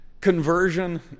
Conversion